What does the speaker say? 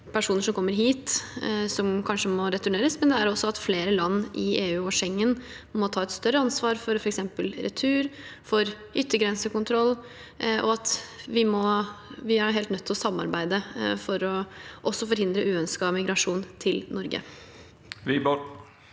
personer som kommer hit som kanskje må returneres, men flere land i EU og Schengen må også ta et større ansvar for f.eks. retur og yttergrensekontroll, og vi er helt nødt til å samarbeide for også å forhindre uønsket migrasjon til Norge.